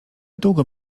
długo